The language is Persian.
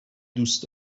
دوست